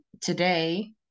today